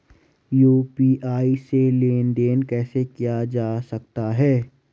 UPI से लेनदेन कैसे किया जा सकता है?